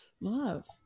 Love